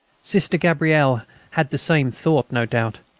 sister gabrielle had the same thought, no doubt.